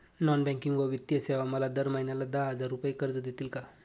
Non banking व वित्तीय सेवा मला दर महिन्याला दहा हजार रुपये कर्ज देतील का?